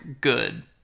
good